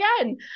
again